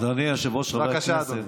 אדוני היושב-ראש, חברי הכנסת.